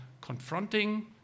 confronting